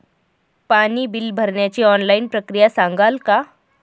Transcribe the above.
पाणी बिल भरण्याची ऑनलाईन प्रक्रिया सांगाल का?